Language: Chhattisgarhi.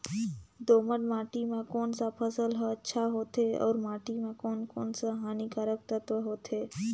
दोमट माटी मां कोन सा फसल ह अच्छा होथे अउर माटी म कोन कोन स हानिकारक तत्व होथे?